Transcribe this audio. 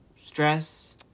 stress